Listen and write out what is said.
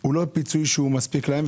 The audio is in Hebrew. לא מספיק להם,